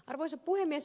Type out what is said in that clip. arvoisa puhemies